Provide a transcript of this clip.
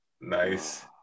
Nice